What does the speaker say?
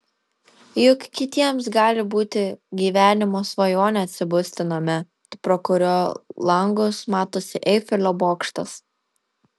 juk kitiems gali būti gyvenimo svajonė atsibusti name pro kurio langus matosi eifelio bokštas